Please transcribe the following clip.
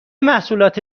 محصولات